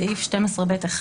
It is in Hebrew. בסעיף 12ב1